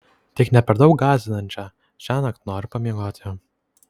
tik ne per daug gąsdinančią šiąnakt noriu pamiegoti